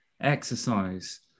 exercise